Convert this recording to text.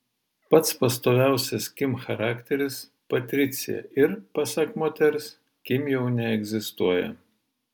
pats pastoviausias kim charakteris patricija ir pasak moters kim jau neegzistuoja